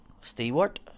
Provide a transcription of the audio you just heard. Stewart